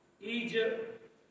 Egypt